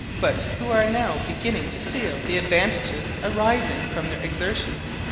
but who are now beginning to feel the advantages arising from their exertions.